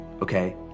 okay